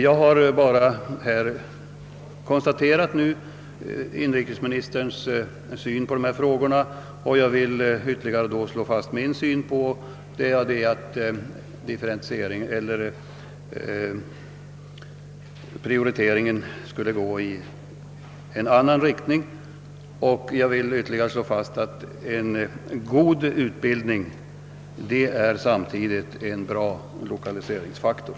Jag har fått del av inrikesministerns syn på dessa frågor och vill nu bara upprepa min syn på dem genom att säga att prioriteringen borde gå i en annan riktning. Jag vill till sist ytterligare slå fast att en god utbildning samtidigt är en bra lokaliseringsfaktor.